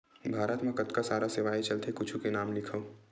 भारत मा कतका सारा सेवाएं चलथे कुछु के नाम लिखव?